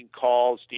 calls